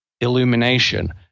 illumination